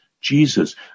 Jesus